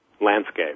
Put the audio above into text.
landscape